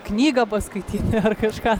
knygą paskaityti ar kažką